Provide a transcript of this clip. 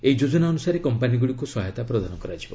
ଏହି ଯୋଜନା ଅନୁସାରେ କମ୍ପାନୀଗୁଡ଼ିକୁ ସହାୟତା ପ୍ରଦାନ କରାଯିବ